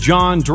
John